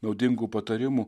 naudingų patarimų